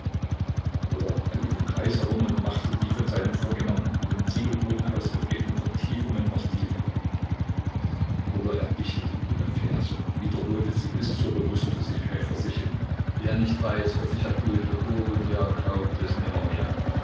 oder er lief im kreise herum und machte die von seinen vorgängern in dem ziegelboden ausgetretenen vertiefungen noch tiefer oder er dichtete dumme verse und wiederholte sie bis zur bewußtlosigkeit vor sich hin wer nicht weiß was ich erdulde oh der glaubt es